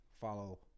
Follow